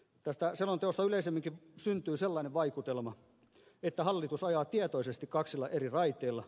tästä selonteosta yleisemminkin syntyy sellainen vaikutelma että hallitus ajaa tietoisesti kaksilla eri raiteilla